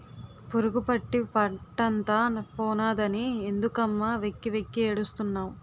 పురుగుపట్టి పంటంతా పోనాదని ఎందుకమ్మ వెక్కి వెక్కి ఏడుస్తున్నావ్